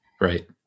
Right